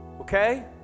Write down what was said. Okay